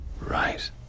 Right